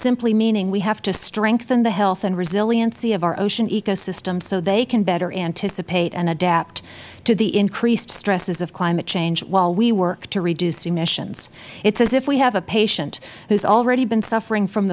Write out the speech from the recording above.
simply meaning we have to strengthen the health and resiliency of our ocean ecosystems so they can better anticipate and adapt to the increased stresses of climate change while we work to reduce emissions it is as if we have a patient who has already been suffering from